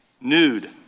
nude